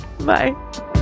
Bye